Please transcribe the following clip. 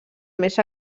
més